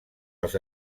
als